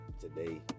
today